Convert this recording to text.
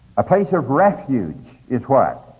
a place of refuge is what?